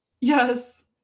yes